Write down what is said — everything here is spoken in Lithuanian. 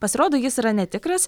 pasirodo jis yra netikras